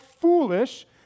foolish